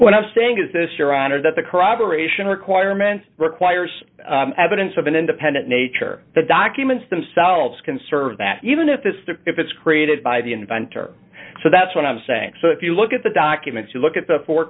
what i'm saying is this your honor that the corroboration requirements requires evidence of an independent nature the documents themselves can serve that even if it's to if it's created by the inventor so that's what i'm saying so if you look at the documents you look at the four